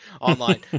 online